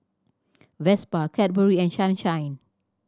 Vespa Cadbury and Sunshine